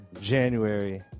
January